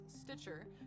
Stitcher